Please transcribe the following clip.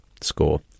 score